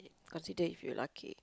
cause today if you are lucky